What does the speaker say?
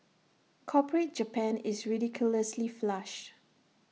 corporate Japan is ridiculously flush